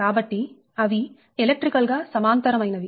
కాబట్టి అవి ఎలక్ట్రికల్ గా సమాంతరమైనవి